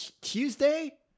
Tuesday